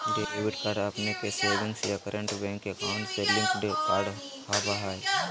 debit card अपने के savings या करंट बैंक अकाउंट से लिंक्ड कार्ड होबा हइ